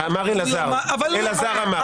אלעזר אמר.